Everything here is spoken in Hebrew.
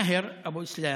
מאהר, אבו סלאם,